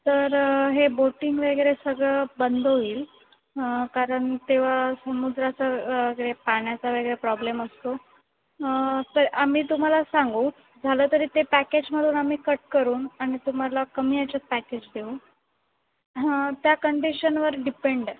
तर हे बोटिंग वगैरे सगळं बंद होईल कारण तेव्हा समुद्राचा वगैरे पाण्याचा वगैरे प्रॉब्लेम असतो तर आम्ही तुम्हाला सांगू झालं तरी ते पॅकेजमधून आम्ही कट करून आणि तुम्हाला कमी याच्यात पॅकेज देऊ हां त्या कंडिशनवर डिपेंड आहे